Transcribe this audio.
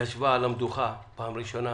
ישבה על המדוכה פעם ראשונה,